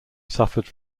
suffered